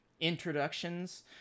introductions